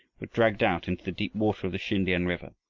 were dragged out into the deep water of the sin-tiam river.